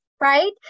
Right